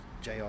JR